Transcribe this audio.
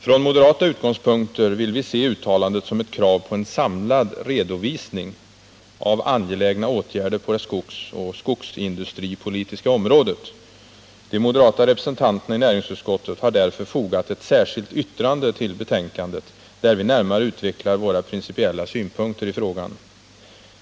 Från moderata utgångspunkter vill vi se uttalandet som ett krav på en samlad redovisning av angelägna åtgärder på det skogsoch skogsindustripolitiska området. De moderata representanterna i näringsutskottet har därför fogat ett särskilt yttrande till betänkandet, där vi närmare utvecklar våra principiella synpunkter i frågan.